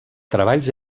treballs